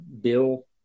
bill